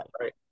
right